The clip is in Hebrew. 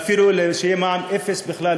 ואפילו שיהיה מע"מ אפס בכלל,